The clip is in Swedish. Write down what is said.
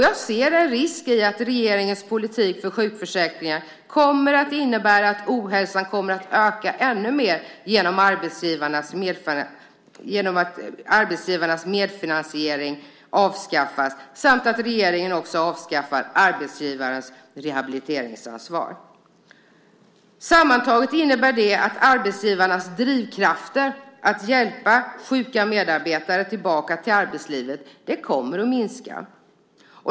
Jag ser en risk i att regeringens politik för sjukförsäkringar kommer att innebära att ohälsan ökar ännu mer genom att arbetsgivarnas medfinansiering avskaffas och genom att regeringen också avskaffar arbetsgivarens rehabiliteringsansvar. Sammantaget innebär det att arbetsgivarnas drivkrafter att hjälpa sjuka medarbetare tillbaka till arbetslivet kommer att minska.